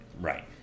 Right